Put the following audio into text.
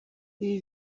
ibi